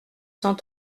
cent